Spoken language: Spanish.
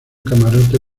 camarote